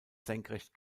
senkrecht